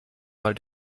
mal